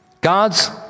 God's